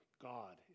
God